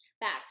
back